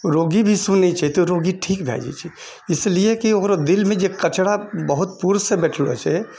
रोगी भी सुनै छै तऽ रोगी ठीक भऽ जाइ छै इसलिए कि ओकरो दिलमे जे कचरा बहुत पूर्वसँ बैठलऽ छै